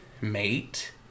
mate